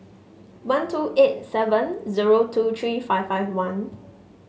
one two eight seven zero two three five five one